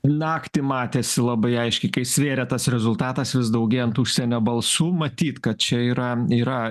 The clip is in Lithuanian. naktį matėsi labai aiškiai kai svėrė tas rezultatas vis daugėjant užsienio balsų matyt kad čia yra yra